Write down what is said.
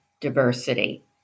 diversity